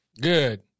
Good